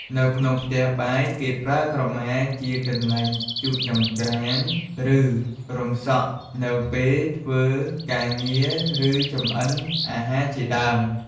នៅក្នុងផ្ទះបាយ គេប្រើក្រមាជា កន្លែងជូតចង្រ្កាន ឬ រំសក់នៅពេលធ្វើការងារ ឬ ចម្អិនអាហារជាដើម។